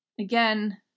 again